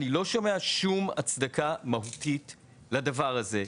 אני לא שומע שום הצדקה מהותית לדבר הזה,